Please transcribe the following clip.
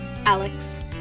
Alex